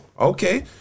Okay